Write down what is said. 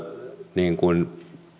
niin kuin